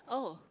oh